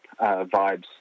vibes